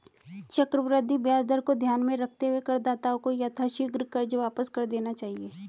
चक्रवृद्धि ब्याज दर को ध्यान में रखते हुए करदाताओं को यथाशीघ्र कर्ज वापस कर देना चाहिए